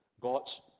God's